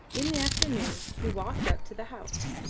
in the afternoon he walked up to the house.